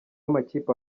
amakipe